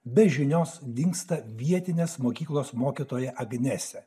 be žinios dingsta vietinės mokyklos mokytoja agnesė